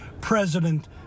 president